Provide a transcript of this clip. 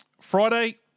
Friday